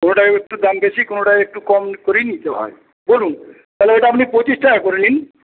কোনোটার একটু দাম বেশি কোনোটার একটু দাম কম করেই নিতে হয় বলুন তাহলে ওটা আপনি পঁচিশ টাকা করে নিন